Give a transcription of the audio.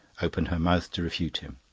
opened her mouth to refute him.